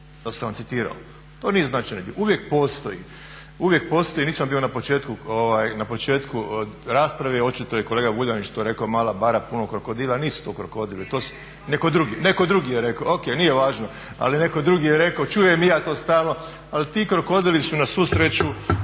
sam vam citirao. To nije značajni dio. Uvijek postoji, nisam bio na početku rasprave očito je kolega Vuljanić to rekao mala bara puno krokodila. Nisu to krokodili. …/Upadica se ne razumije./… Netko drugi je rekao? Ok, nije važno. Ali netko drugi je rekao. Čujem i ja to stalno. Ali ti krokodili su na svu sreću